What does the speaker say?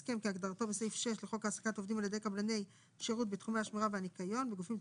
לפי סעיף 14 לצו ההרחבה בענף הניקיון וחוק דמי מחלה,